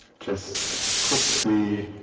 just quickly,